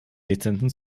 lizenzen